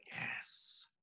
Yes